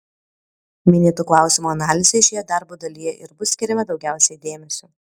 minėtų klausimų analizei šioje darbo dalyje ir bus skiriama daugiausiai dėmesio